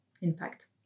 impact